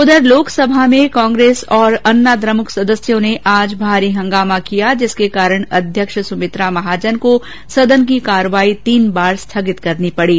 उधर लोकसभा में कांग्रेस और अन्नाद्रमुक सदस्यों ने आज भारी हंगामा किया जिसके कारण अध्यक्ष सुमित्रा महाजन को सदन की कार्यवाही तीन बार स्थगित करनी पड़ी